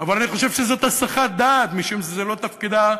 אבל אני חושב שזאת הסחת דעת, משום שזה לא תפקידה,